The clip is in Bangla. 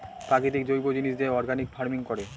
প্রাকৃতিক জৈব জিনিস দিয়ে অর্গানিক ফার্মিং করে